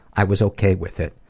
i was okay with it.